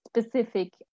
specific